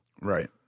Right